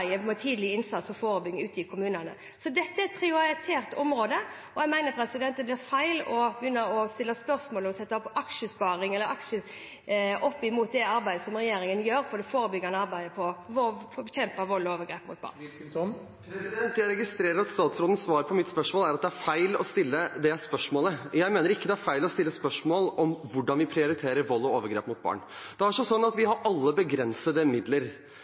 med tidlig innsats og forebygging ute i kommunene. Så dette er et prioritert område, og jeg mener det blir feil å begynne å stille spørsmål og sette aksjesparing opp mot det forebyggende arbeidet som regjeringen gjør for å bekjempe vold og overgrep mot barn. Jeg registrerer at statsrådens svar på mitt spørsmål er at det er feil å stille det spørsmålet. Jeg mener det ikke er feil å stille spørsmål om hvordan vi prioriterer vold og overgrep mot barn. Det har seg sånn at vi har alle begrensede midler